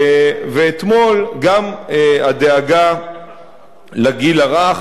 ואתמול, גם הדאגה לגיל הרך,